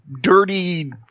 dirty